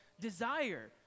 desire